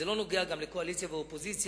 זה לא נוגע גם לקואליציה ואופוזיציה.